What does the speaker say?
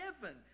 heaven